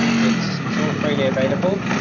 it's it's all freely available.